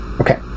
okay